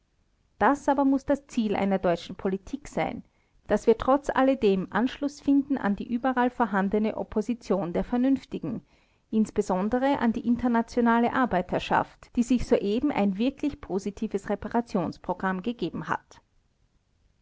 das aber muß das ziel der deutschen politik sein daß wir trotzalledem anschluß finden an die überall vorhandene opposition der vernünftigen insbesondere an die internationale arbeiterschaft die sich soeben ein wirklich positives reparationsprogramm gegeben hat